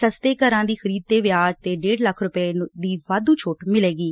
ਸਸਤੇ ਘਰਾਂ ਦੀ ਖਰੀਦ ਤੇ ਵਿਆਜ਼ ਤੇ ਢੇਡ ਲੱਖ ਰੁਪੈ ਦੀ ਵਾਧੁ ਛੋਟ ਮਿਲੇਗੀ